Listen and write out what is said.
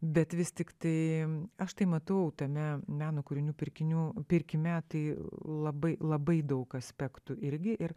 bet vis tiktai aš tai matau tame meno kūrinių pirkinių pirkime tai labai labai daug aspektų irgi ir